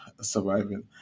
surviving